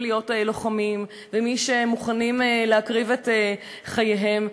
להיות לוחמים ומי שמוכנים להקריב את חייהם.